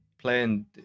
Playing